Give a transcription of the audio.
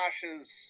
Josh's